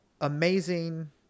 Amazing